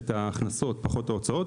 את ההכנסות פחות ההוצאות,